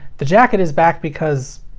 the jacket is back because.